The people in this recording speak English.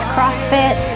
CrossFit